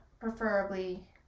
Preferably